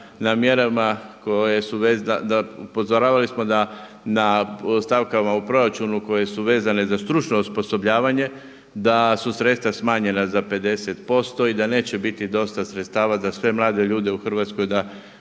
u proračunu koje su vezane za stručno osposobljavanje da su sredstva smanjena za 50% i da neće biti dosta sredstava za sve mlade ljude u Hrvatskoj da